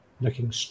looking